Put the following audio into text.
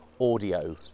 audio